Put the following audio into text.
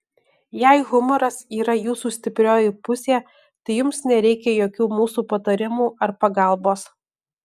jei humoras yra jūsų stiprioji pusė tai jums nereikia jokių mūsų patarimų ar pagalbos